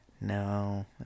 No